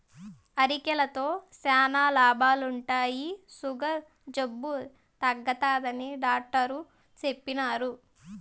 అరికెలతో శానా లాభాలుండాయి, సుగర్ జబ్బు తగ్గుతాదని డాట్టరు చెప్పిన్నారు